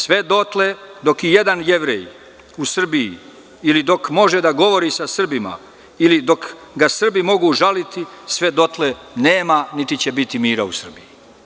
Sve dotle, dok i jedan Jevrejin u Srbiji ili dok može da govori sa Srbima ili dok ga Srbi mogu žaliti, nema niti će biti mira u Srbiji“